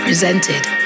Presented